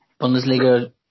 Bundesliga